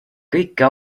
kõike